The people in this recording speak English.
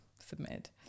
Submit